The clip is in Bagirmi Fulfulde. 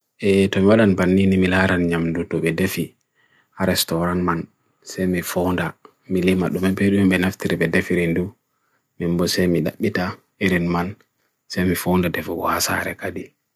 E tumwadan paninimilaran nyamdutu bedefi a restauran man semifonda milimak dumem periwem benaftiri bedefi rindu membo semidakbita erin man semifonda defu wasa harek adi